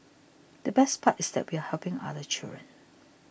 the best part is that we are helping other children